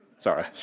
Sorry